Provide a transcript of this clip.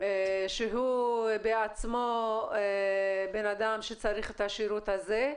שהוא בעצמו בן אדם שצריך את השירות הזה,